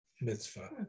mitzvah